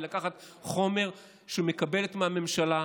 לקחת חומר שהיא מקבלת מהממשלה,